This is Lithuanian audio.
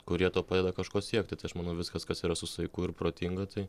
kurie padeda kažko siekti tai aš manau viskas kas yra su saiku ir protinga tai